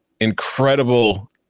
incredible